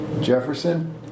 Jefferson